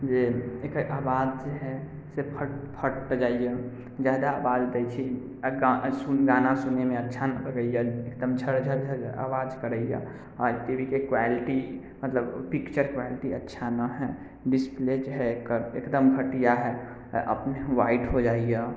जे एकर आवाज जे है से फटि फटि जाइए जादा आवाज दै छै सुनैमे गाना सुनैमे अच्छा नहि लगैए एकदम झर झर झर आवाज करैए आओर टीवीके क्वालिटी मतलब पिक्चर क्वालिटी अच्छा नहि है डिस्प्ले जे है एकर एकदम घटिया है अपने ह्वाइट हो जाइए